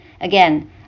Again